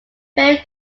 vary